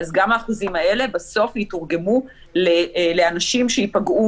גם האחוזים האלה בסוף יתורגמו לאנשים שייפגעו